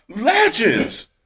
Legends